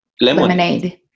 Lemonade